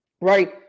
right –